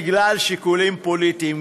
בגלל שיקולים פוליטיים,